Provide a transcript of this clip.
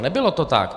Nebylo to tak.